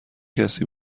کسی